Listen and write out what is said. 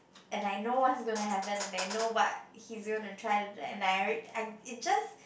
and I know what's gonna happen and I know what he's gonna try to do and I already it just